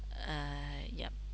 uh yup